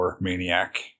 Maniac